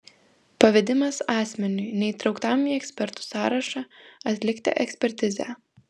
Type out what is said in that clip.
pavedimas asmeniui neįtrauktam į ekspertų sąrašą atlikti ekspertizę